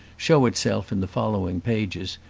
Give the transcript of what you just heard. show itself in the following pages,